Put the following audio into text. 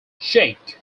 shake